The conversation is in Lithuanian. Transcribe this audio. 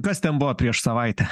kas ten buvo prieš savaitę